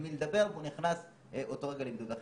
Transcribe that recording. הם עושים כ-200 אנשים,